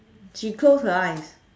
she close her eyes